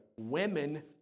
Women